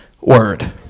word